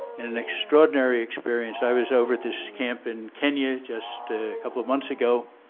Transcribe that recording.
and an extraordinary experience. i was over at this camp in kenya just a couple of months ago,